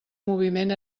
moviment